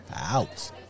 Out